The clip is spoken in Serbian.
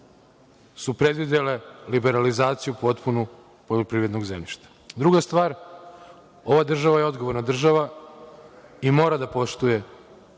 su predvidele liberalizaciju potpunu poljoprivrednog zemljišta. Druga stvar, ova država je odgovorna država i mora da poštuje